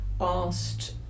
asked